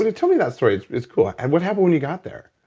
and tell me that story. it's it's cool. and what happened when you got there?